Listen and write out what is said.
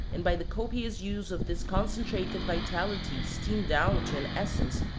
and by the copious use of this concentrated vitality steamed down to an essence,